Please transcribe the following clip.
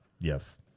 Yes